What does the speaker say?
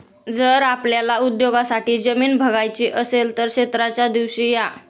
जर आपल्याला उद्योगासाठी जमीन बघायची असेल तर क्षेत्राच्या दिवशी या